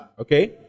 Okay